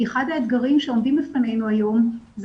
כי אחד האתגרים שעומדים בפנינו היום זה